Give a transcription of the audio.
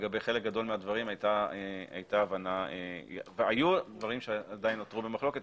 שלגבי חלק גדול מהדברים הייתה הבנה והיו דברים שעדיין נותרו במחלוקת,